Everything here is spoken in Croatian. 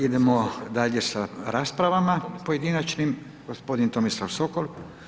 Idemo dalje sa raspravama, pojedinačnim, gospodin Tomislav Sokol.